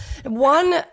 One